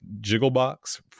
Jigglebox